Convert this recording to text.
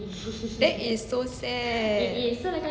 that is so sad